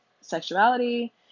Sexuality